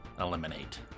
eliminate